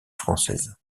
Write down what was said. française